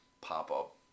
pop-up